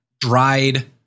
dried